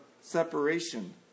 separation